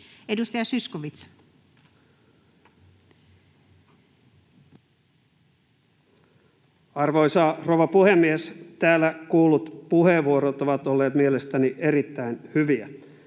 15:43 Content: Arvoisa rouva puhemies! Täällä kuullut puheenvuorot ovat olleet mielestäni erittäin hyviä.